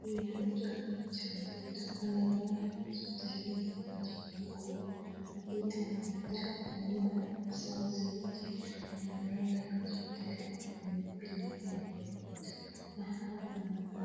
pia mtu akiwa mja mzito anaeza enda hospitali na kujifungua na pia anaeza taka kufanyiwa service yoyote hospitalini bila malipo yoyote na hapa kuna nambari